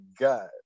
god